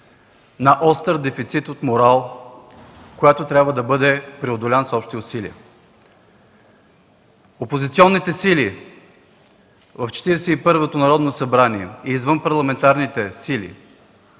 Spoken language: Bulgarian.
на остър дефицит от морал, което трябва да бъде преодоляно с общи усилия. Опозиционните сили в Четиридесет и първото Народно събрание и извънпарламентарните сили